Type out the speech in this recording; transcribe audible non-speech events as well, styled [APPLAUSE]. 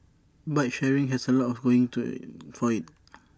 bike sharing has A lot going to for IT [NOISE]